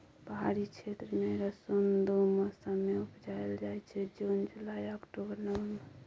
पहाड़ी क्षेत्र मे रसुन दु मौसम मे उपजाएल जाइ छै जुन जुलाई आ अक्टूबर नवंबर